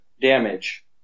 damage